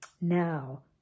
Now